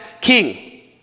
king